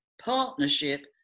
Partnership